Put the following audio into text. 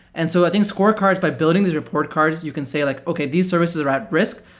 and so i think scorecards, by building these report cards, you can say like, okay. these services are at risk.